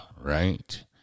right